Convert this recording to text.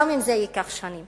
גם אם זה ייקח שנים,